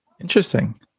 Interesting